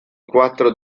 quattro